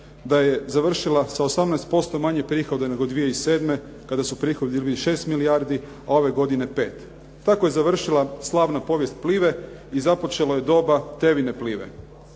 da je završila sa 18% manje prihoda nego 2007. kada su prihodi bili 6 milijardi a ove godine 5. Tako je završila slavna povijest Plive i započelo je doba Tevine Plive.